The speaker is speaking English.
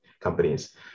companies